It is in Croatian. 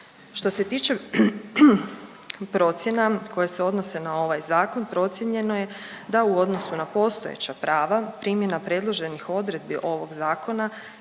Što se tiče procjena koje se odnose na ovaj zakon procijenjeno je da u odnosu na postojeća prava primjena predloženih odredbi ovog zakona